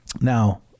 now